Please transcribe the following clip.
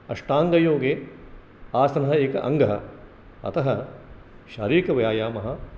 अष्टाङ्गयोगे आसनः एकः अङ्गः अतः शारीरिकव्यायामः